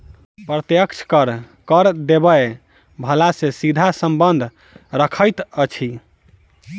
प्रत्यक्ष कर, कर देबय बला सॅ सीधा संबंध रखैत अछि